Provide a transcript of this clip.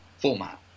format